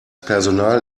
personal